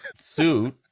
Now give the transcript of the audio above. suit